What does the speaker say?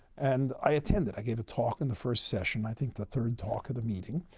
and i attended, i gave a talk in the first session, i think, the third talk of the meeting.